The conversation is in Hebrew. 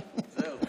לא, סיימנו, זהו.